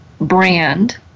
brand